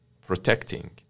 protecting